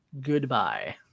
goodbye